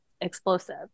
explosive